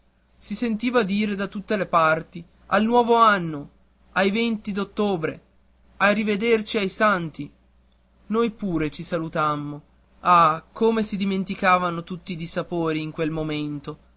si sentiva dire da tutte le parti al nuovo anno ai venti d'ottobre a rivederci ai santi noi pure ci salutammo ah come si dimenticavano tutti i dissapori in quel momento